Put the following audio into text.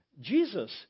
Jesus